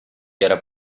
era